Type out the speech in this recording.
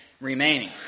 remaining